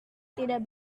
tidak